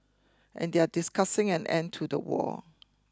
and they are discussing an end to the war